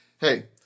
hey